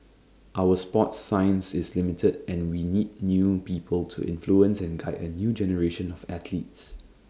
our sports science is limited and we need new people to influence and guide A new generation of athletes